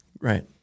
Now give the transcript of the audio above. Right